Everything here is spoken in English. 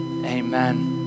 Amen